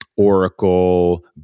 Oracle